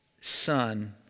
son